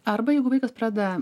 arba jeigu vaikas pradeda